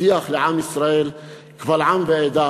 הבטיח לעם ישראל קבל עם ועדה: